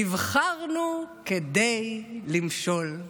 נבחרנו כדי למשול.